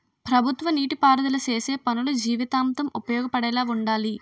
ప్రభుత్వ నీటి పారుదల సేసే పనులు జీవితాంతం ఉపయోగపడేలా వుండాలి